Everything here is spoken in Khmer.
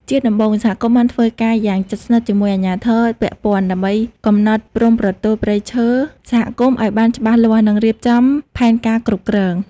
ជាដំបូង សហគមន៍បានធ្វើការយ៉ាងជិតស្និទ្ធជាមួយអាជ្ញាធរពាក់ព័ន្ធ ដើម្បីកំណត់ព្រំប្រទល់ព្រៃឈើសហគមន៍ឱ្យបានច្បាស់លាស់ និងរៀបចំផែនការគ្រប់គ្រង។